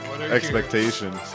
expectations